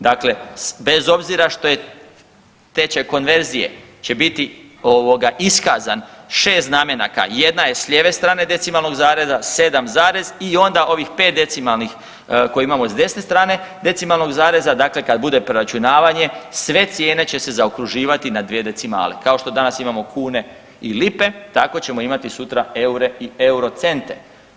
Dakle, bez obzira što je tečaj konverzije će biti ovoga iskazan 6 znamenaka, jedna je s lijeve strane decimalnog zareza, 7 zarez i onda ovih 5 decimalnih koji imamo s desne strane decimalnog zareza, dakle kad bude preračunavanje sve cijene će se zaokruživati na dvije decimale, kao što danas imamo kune i lipe tako ćemo imati sutra eure i euro cente.